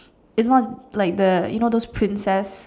you know like the you know those princess